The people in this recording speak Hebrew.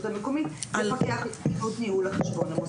המקומית לפקח על ניהול החשבון המוסדי.